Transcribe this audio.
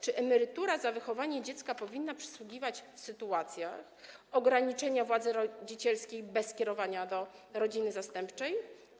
Czy emerytura za wychowanie dziecka powinna przysługiwać w sytuacjach ograniczenia władzy rodzicielskiej bez kierowania do rodziny zastępczej?